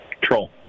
Troll